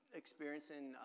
experiencing